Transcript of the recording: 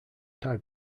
tie